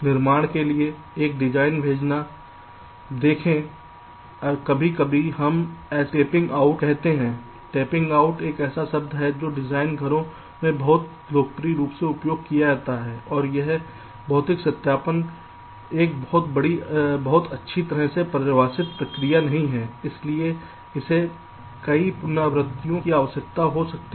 निर्माण के लिए एक डिजाइन भेजना देखें कभी कभी हम इसे टेपिंग आउट कहते हैं टैप आउट एक ऐसा शब्द है जो डिज़ाइन घरों में बहुत लोकप्रिय रूप से उपयोग किया जाता है और यह भौतिक सत्यापन एक बहुत अच्छी तरह से परिभाषित प्रक्रिया नहीं है इसीलिए इसे कई पुनरावृत्तियों की आवश्यकता हो सकती है